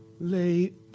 Late